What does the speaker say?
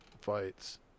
fights